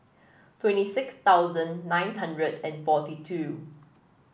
twenty six thousand nine hundred and forty two